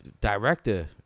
director